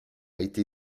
été